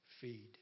feed